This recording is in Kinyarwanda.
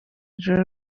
ijuru